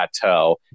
plateau